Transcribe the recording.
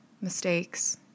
mistakes